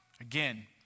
again